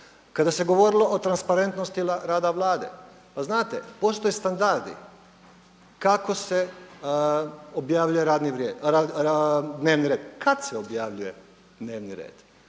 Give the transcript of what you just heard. Kada se govorilo o transparentnosti rada Vlade, pa znate postoje standardi kako se objavljuje dnevni red. Kad se objavljuje dnevni red?